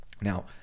Now